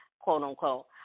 quote-unquote